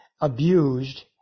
abused